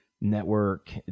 network